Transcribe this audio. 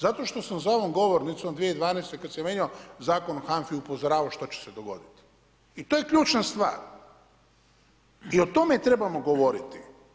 Zato što sam za ovom govornicom 2012. kada se mijenjao Zakon o HANFA-i upozoravao šta će se dogoditi i to je ključna stvar i o tome trebamo govoriti.